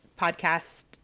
podcast